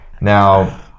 now